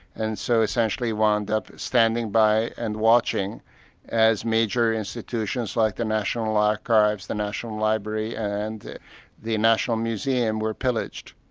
and so essentially wound up standing by and watching as major institutions like the national archives, the national library and the national museum, were pillaged.